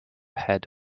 head